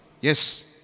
Yes